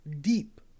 deep